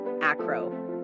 Acro